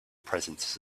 presence